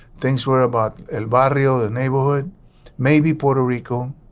things were about anybody in the neighborhood maybe puerto rico.